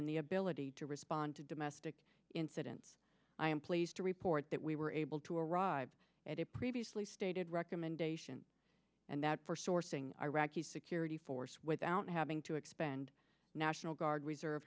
in the ability to respond to domestic incidents i am pleased to report that we were able to arrive at a previously stated recommendation and that for sourcing iraqi security force without having to expend national guard reserve